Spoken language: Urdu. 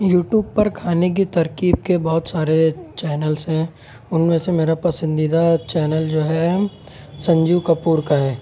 یوٹوب پر کھانے کی ترکیب کے بہت سارے چینلس ہیں ان میں سے میرا پسندیدہ چینل جو ہے سنجیو کپور کا ہے